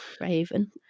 raven